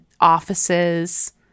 offices